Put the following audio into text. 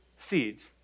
seeds